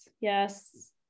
Yes